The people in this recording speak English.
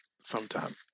sometime